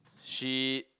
she